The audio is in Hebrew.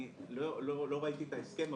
אני לא ראיתי את ההסכם,